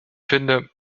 finde